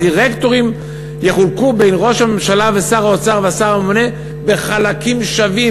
הדירקטורים יחולקו בין ראש הממשלה ושר האוצר והשר הממונה בחלקים שווים.